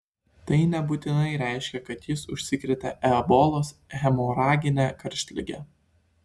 tai nebūtinai reiškia kad jis užsikrėtė ebolos hemoragine karštlige